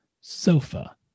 sofa